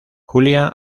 julia